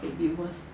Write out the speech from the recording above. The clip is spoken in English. could be worse